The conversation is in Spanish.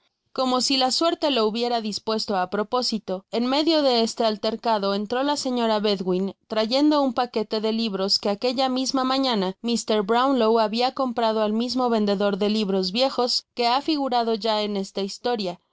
como si la suerte lo hubiera dispuesto á propósito en medio de este altercado entró la señora bedwin trayendo un paquete de libros que aquella misma mañana mr brownlow habia comprado al mismo vendedor de libros viejos que ha figurado ya en esta historia